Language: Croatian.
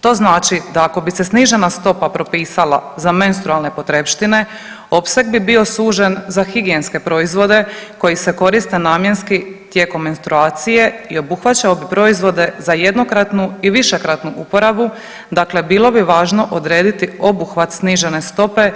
To znači da ako bi se snižena stopa propisala za menstrualne potrepštine, opseg bi bio sužen za higijenske proizvode koji se koriste namjenski tijekom menstruacije i obuhvaća bi proizvode za jednokratnu i višekratnu uporabu, dakle bilo bi važno odrediti obuhvat snižene stope